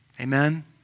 Amen